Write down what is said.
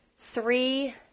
three